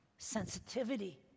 sensitivity